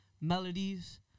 melodies